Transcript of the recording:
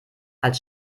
als